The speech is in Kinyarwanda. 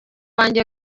wanjye